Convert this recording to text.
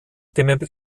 den